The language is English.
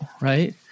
right